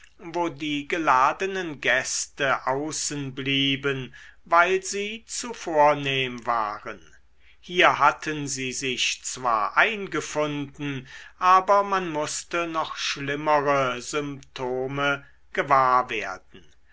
wo die geladenen gäste außen blieben weil sie zu vornehm waren hier hatten sie sich zwar eingefunden aber man mußte noch schlimmere symptome gewahr werden